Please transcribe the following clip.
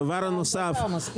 דבר נוסף,